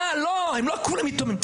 אה, לא, הם לא כולם יתומים.